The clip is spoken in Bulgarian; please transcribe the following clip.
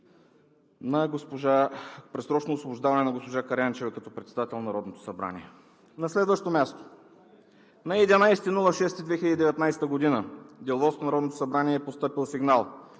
за предсрочно освобождаване на госпожа Караянчева като председател на Народното събрание. На следващо място, на 11 юни 2019 г. в Деловодството на Народното събрание е постъпил сигнал,